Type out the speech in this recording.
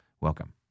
Welcome